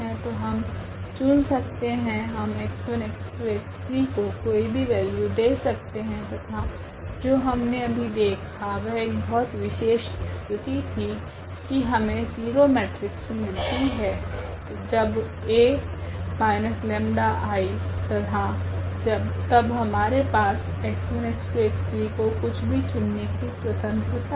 तो हम चुन सकते है हम x1x2x3T को कोई भी वैल्यू दे सकते है तथा जो हमने अभी देखा वह एक बहुत विशेष स्थिति थी की हमे 0 मेट्रिक्स मिलती है जब A माइनस लेम्डा 𝜆 I तथा तब हमारे पास x1x2x3T को कुछ भी चुनने की स्वतन्त्रता है